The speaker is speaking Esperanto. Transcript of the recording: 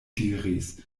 diris